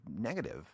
negative